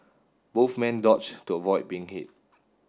both men dodged to avoid being hit